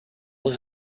uma